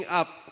up